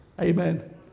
Amen